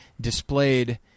displayed